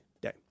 day